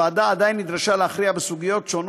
הוועדה עדיין נדרשה להכריע בסוגיות שונות,